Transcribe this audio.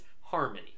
Harmony